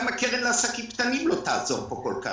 גם הקרן לעסקים קטנים לא תעזור כאן כל כך.